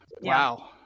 Wow